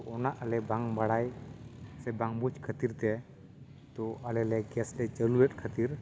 ᱚᱱᱟ ᱟᱞᱮ ᱵᱟᱝ ᱵᱟᱲᱟᱭ ᱥᱮ ᱵᱟᱝ ᱵᱩᱡᱽ ᱠᱷᱟᱹᱛᱤᱨ ᱛᱮ ᱛᱚ ᱟᱞᱮᱞᱮ ᱜᱮᱥ ᱞᱮ ᱪᱟᱹᱞᱩ ᱞᱮᱫ ᱠᱷᱟᱹᱛᱤᱨ